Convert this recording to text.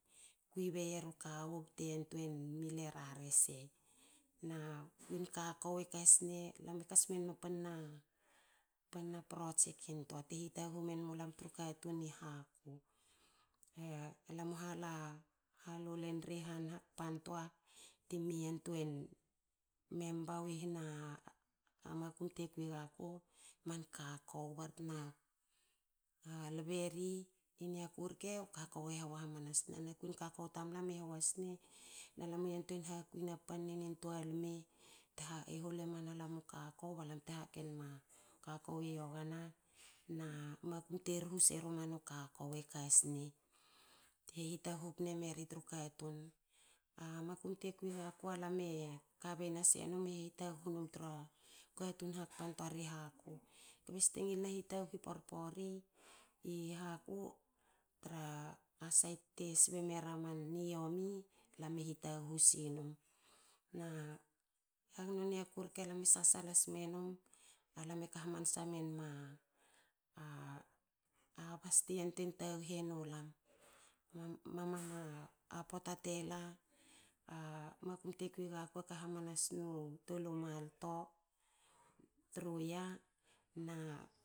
Kui bei eru kawu bte yantuein mill era rese na kuin kakao e kasne. alam e kas menma pana project intua te hitaguhu men mulam tru katun i haku. u hala. hala ulen ri han hakpan toa timi yantuei yantuei memba w hena makum te kui gaku aq makum kakao. bar tena lberi niaku rke. kakao e hua hamanasna kwin kakao tamalam e hua sne. na lam u yantuein hakuina pannen intua lma tehol emalam u tol u kakao balam te kaken ma kakao i yogana na makum te rhu serumanu kakao e kasne te hitaguhu pne meri tru kakao. A makum te kui gaku tru kakao. alamk e kabei nasenme hitaguhu num tru katun i haku. kbe ste ngilna hitaguhu i porpori i haku tra sait te sbe mera man niomi. alam e hitaguhu sinum. Na hagno niaku rke alam e sasala sme num alame ka hamansa menma. bus te yantuein taguhu nu lam. mama na pota te la a makum te kui gaku e ka hamanas nu tol u malto tru yia na